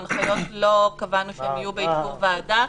הנחיות לא קבענו שהן יהיו באישור ועדה.